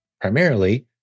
primarily